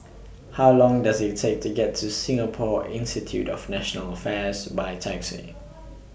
How Long Does IT Take to get to Singapore Institute of National Affairs By Taxi